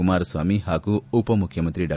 ಕುಮಾರಸ್ವಾಮಿ ಹಾಗೂ ಉಪಮುಖ್ಯಮಂತ್ರಿ ಡಾ